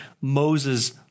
Moses